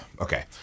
okay